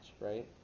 right